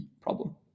problem